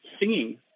singing